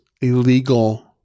illegal